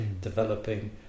developing